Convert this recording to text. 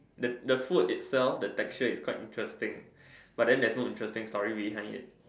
that the food itself the texture is quite interesting but then there's no interesting story behind it